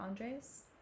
Andres